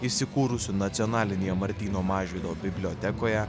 įsikūrusių nacionalinėje martyno mažvydo bibliotekoje